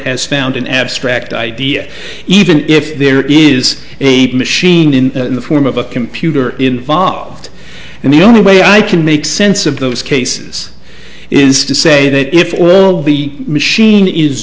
found an abstract idea even if there is a machine in the form of a computer involved and the only way i can make sense of those cases is to say that if it will be machine is